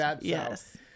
Yes